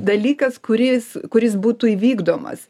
dalykas kuris kuris būtų įvykdomas